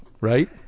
Right